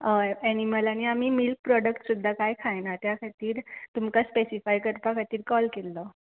हय एनिमल आनी आमी मिल्क प्रोडक्ट सुद्दां कांय खायना त्या खातीर तुमकां स्पेसिफाय करपा खातीर कॉल केल्लो